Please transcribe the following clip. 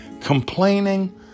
complaining